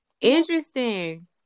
interesting